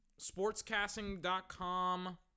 Sportscasting.com